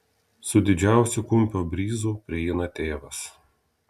su didžiausiu kumpio bryzu prieina tėvas